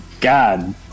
God